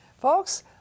Folks